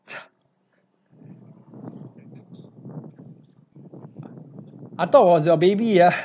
I thought it was your baby ah